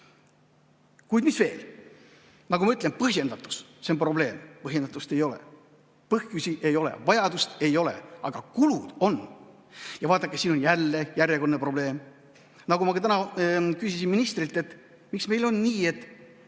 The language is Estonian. Kuid mis veel? Nagu ma ütlen, põhjendatus on probleem. Põhjendatust ei ole, põhjusi ei ole, vajadust ei ole, aga kulud on. Vaadake, siin on järjekordne probleem. Nagu ma täna ministrilt küsisin, miks meil on nii, et